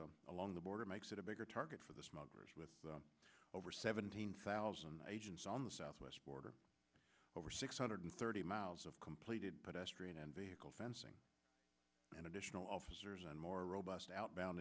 presence along the border makes it a bigger target for the smugglers with over seventeen thousand agents on the southwest border over six hundred thirty miles of completed pedestrian and vehicle fencing and additional officers and more robust outbound